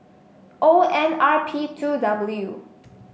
O N R P two W